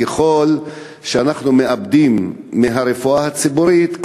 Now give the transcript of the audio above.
ככל שאנחנו מאבדים מהרפואה הציבורית,